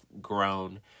grown